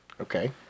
Okay